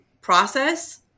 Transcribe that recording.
process